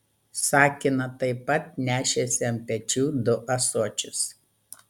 sakina taip pat nešėsi ant pečių du ąsočius